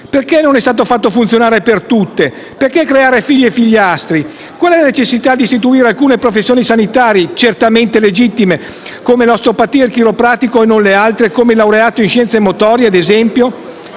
Perché non è stato fatto funzionare per tutte? Perché creare figli e figliastri, qual è la necessità di istituire alcune professioni sanitarie (certamente legittime) come l'osteopata e il chiropratico e non altre, come ad esempio il laureato in scienze motorie? Hanno